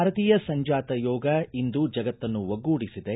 ಭಾರತೀಯ ಸಂಜಾತ ಯೋಗ ಇಂದು ಜಗತ್ತನ್ನು ಒಗ್ಗೂಡಿಸಿದೆ